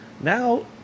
Now